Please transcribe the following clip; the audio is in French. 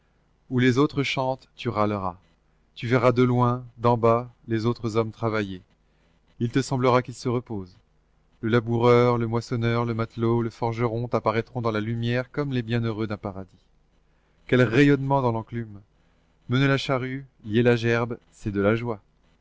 où les autres chantent tu râleras tu verras de loin d'en bas les autres hommes travailler il te semblera qu'ils se reposent le laboureur le moissonneur le matelot le forgeron t'apparaîtront dans la lumière comme les bienheureux d'un paradis quel rayonnement dans l'enclume mener la charrue lier la gerbe c'est de la joie